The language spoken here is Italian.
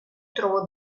trovò